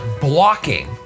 blocking